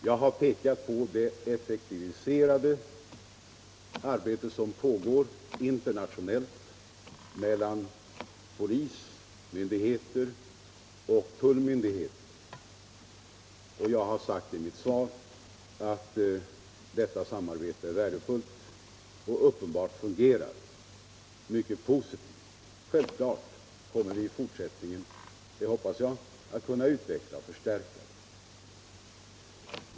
Jag har pekat på det effektiviserade arbetet som pågår internationellt mellan polismyndigheter och tullmyndigheter, och jag har sagt i mitt svar att detta samarbete är värdefullt och uppenbarligen fungerar mycket positivt. Självfallet kommer vi i fortsättningen — det hoppas jag - att kunna utveckla och förstärka samarbetet.